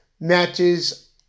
matches